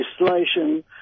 legislation